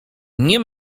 nie